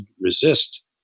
resist